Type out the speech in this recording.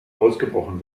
ausgebrochen